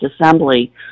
assembly